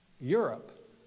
Europe